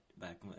back